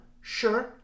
Sure